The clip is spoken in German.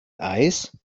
eis